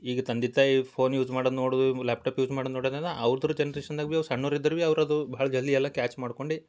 ಈಗ ತಂದೆ ತಾಯಿ ಫೋನ್ ಯೂಸ್ ಮಾಡೋದು ನೋಡುವುದು ಇವು ಲ್ಯಾಪ್ಟಾಪ್ ಯೂಸ್ ಮಾಡೋದ್ ನೋಡೋದ್ ಅಂದ್ರೆ ಅವ್ರ್ದು ಜನ್ರೇಷನ್ದಾಗೆ ಬಿ ಅವು ಸಣ್ಣೋರು ಇದ್ದಾರೆ ಬೀ ಅವ್ರು ಅದು ಭಾಳ ಜಲ್ದಿ ಎಲ್ಲ ಕ್ಯಾಚ್ ಮಾಡ್ಕೊಂಡು